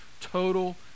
total